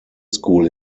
school